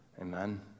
Amen